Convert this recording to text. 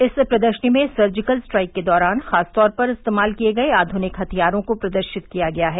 इस प्रदर्शनी में सर्जिकल स्ट्राइक के दौरान खासतौर पर इस्तेमाल किये गये अत्याध्रनिक हथियारों को प्रदर्शित किया गया है